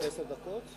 לא עשר דקות?